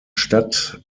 stadt